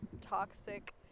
toxic